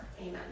Amen